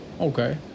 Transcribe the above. Okay